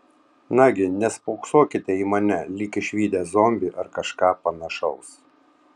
nagi nespoksokite į mane lyg išvydę zombį ar kažką panašaus